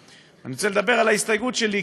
אני באמת רוצה לדבר על ההסתייגות שלי.